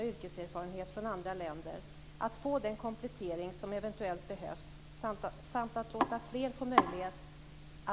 Men platserna räcker inte till.